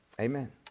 Amen